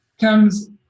comes